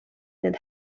need